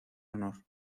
honor